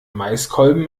maiskolben